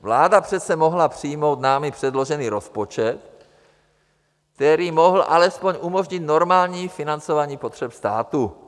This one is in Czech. Vláda přece mohla přijmout námi předložený rozpočet, který mohl alespoň umožnit normální financování potřeb státu.